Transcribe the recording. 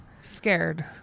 scared